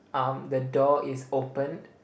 um the door is opened